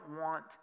want